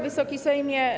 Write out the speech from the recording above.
Wysoki Sejmie!